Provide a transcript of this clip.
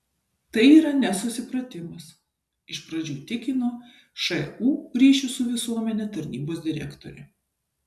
tai yra nesusipratimas iš pradžių tikino šu ryšių su visuomene tarnybos direktorė